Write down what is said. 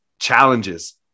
Challenges